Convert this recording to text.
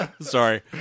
Sorry